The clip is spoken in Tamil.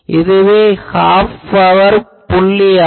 இதுவே ஹாஃப் பவர் புள்ளி ஆகும்